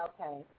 Okay